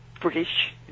British